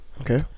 Okay